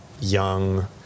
young